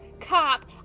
cop